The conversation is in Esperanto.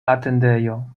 atendejo